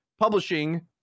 publishing